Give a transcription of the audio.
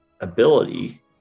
ability